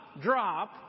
drop